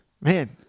Man